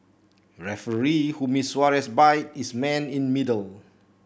referee who missed Suarez bite is man in middle